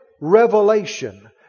revelation